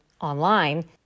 online